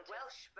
Welsh